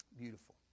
Beautiful